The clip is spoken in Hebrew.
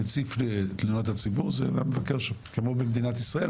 תלונות הציבור זה היה מבקר כמו במדינת ישראל,